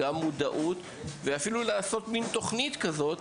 כדי להגדיל את המודעות ואפילו להכין מן תוכנית כזאת,